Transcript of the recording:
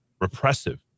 repressive